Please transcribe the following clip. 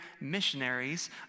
missionaries